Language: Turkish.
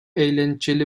eğlenceli